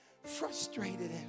frustrated